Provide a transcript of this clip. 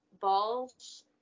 balls